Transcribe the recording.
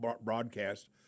broadcast